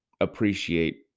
appreciate